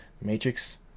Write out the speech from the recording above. Matrix